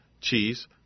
cheese